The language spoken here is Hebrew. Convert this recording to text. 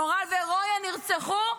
נורל ונויה, נרצחו?